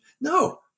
No